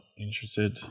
interested